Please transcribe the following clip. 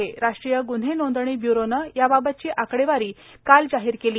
राष्ट्रीय राष्ट्रीय गुन्हे नोंदणी ब्युरोनं याबाबतची आकडेवारी काल जाहीर केली